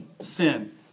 Sin